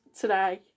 today